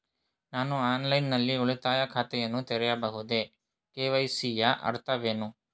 ನಾನು ಆನ್ಲೈನ್ ನಲ್ಲಿ ಉಳಿತಾಯ ಖಾತೆಯನ್ನು ತೆರೆಯಬಹುದೇ? ಕೆ.ವೈ.ಸಿ ಯ ಅರ್ಥವೇನು?